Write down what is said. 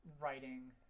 writing